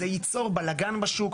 זה יצור בלגן בשוק.